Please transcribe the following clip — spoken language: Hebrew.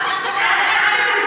את השתגעת.